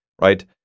right